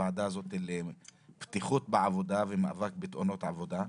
בוועדה הזאת לבטיחות בעבודה ומאבק בתאונות עבודה.